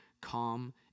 calm